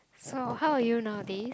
so how are you nowadays